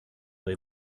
they